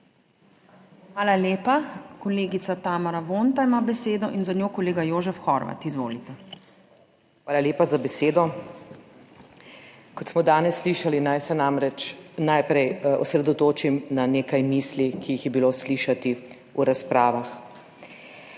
Hvala lepa. Kolegica Tamara Vonta ima besedo in za njo kolega Jožef Horvat, Izvolite. **TAMARA VONTA (PS Svoboda):** Hvala lepa za besedo. Kot smo danes slišali, naj se namreč najprej osredotočim na nekaj misli, ki jih je bilo slišati v razpravah.